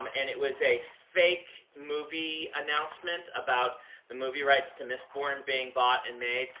um and it was a fake movie announcement about the movie rights to mistborn being bought in may.